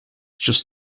just